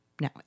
No